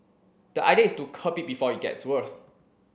the idea is to curb it before it gets worse